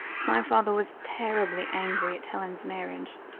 my father was terribly angry at helen's marriage,